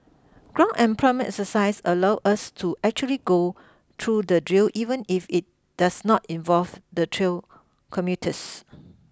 ground employment exercise allow us to actually go through the drill even if it does not involve the trail commuters